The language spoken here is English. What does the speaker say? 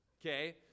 okay